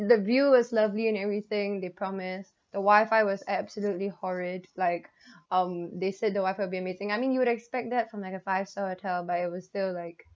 the view was lovely and everything they promised the wifi was absolutely horrid like um they said the wifi will be amazing I mean you would expect that from like a five star hotel but it was still like